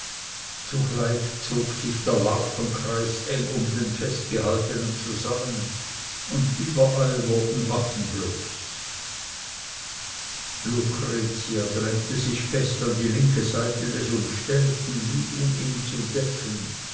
zugleich zog sich der larvenkreis eng um den festgehaltenen zusammen und überall wurden waffen bloß lucretia drängte sich fest an die linke seite des umstellten wie um ihn zu decken